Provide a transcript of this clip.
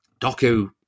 Doku